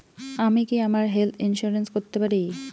আমি কি আমার হেলথ ইন্সুরেন্স করতে পারি?